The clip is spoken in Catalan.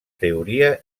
teoria